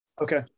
Okay